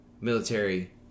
military